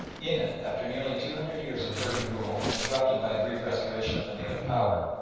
in it after nearly two hundred years of persian rule, interrupted by a brief restoration of the native power,